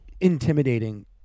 intimidating